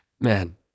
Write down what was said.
man